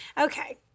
Okay